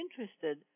interested